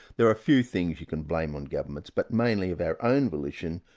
there are few things you can blame on governments, but mainly of our own volition,